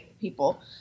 people